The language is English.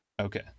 okay